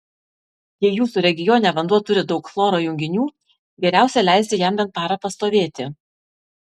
jei jūsų regione vanduo turi daug chloro junginių geriausia leisti jam bent parą pastovėti